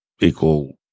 equal